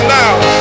now